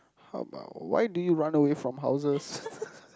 how about why do you run away from houses